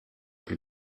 plus